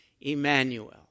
Emmanuel